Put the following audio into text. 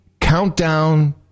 Countdown